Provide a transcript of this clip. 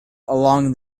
along